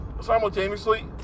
simultaneously